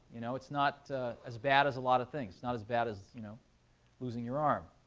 you know it's not as bad as a lot of things. not as bad as you know losing your arm.